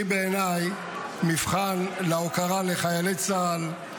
היא בעיניי מבחן להוקרה לחיילי צה"ל,